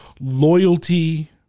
loyalty